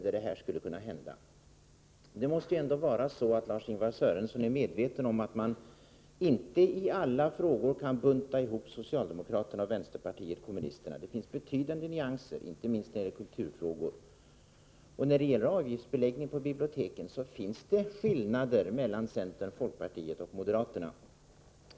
Lars-Ingvar Sörenson måste vara medveten om att man inte i alla frågor kan bunta ihop socialdemokraterna och vänsterpartiet kommunisterna. Det finns betydande nyanser, inte minst i kulturfrågor. När det gäller avgiftsbeläggning på biblioteken finns det också skillnader mellan centern, folkpartiet och moderaterna.